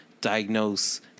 diagnose